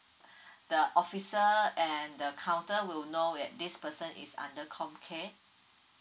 the officer and the counter will know that this person is under COMCARE